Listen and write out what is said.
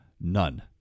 None